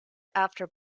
after